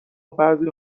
بعضی